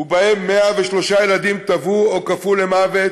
ובהם 103 ילדים, טבעו או קפאו למוות,